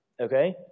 okay